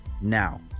now